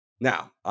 Now